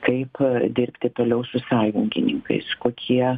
kaip dirbti toliau su sąjungininkais kokie